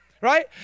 right